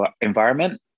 environment